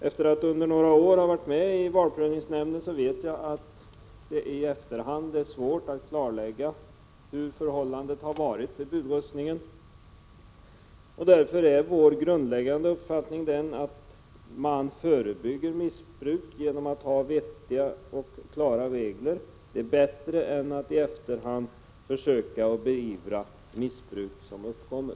Efter att under några år ha varit med i valprövningsnämnden vet jag att det i efterhand är svårt att klarlägga hur förhållandena har varit vid budröstning. Därför är vår grundläggande uppfattning den att man förebygger missbruk genom att ha vettiga och klara regler. Det är bättre än att i efterhand försöka beivra missbruk som uppkommer.